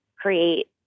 create